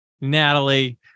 Natalie